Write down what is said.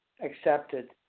accepted